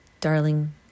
darling